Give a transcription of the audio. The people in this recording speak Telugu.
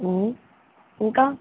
ఇంకా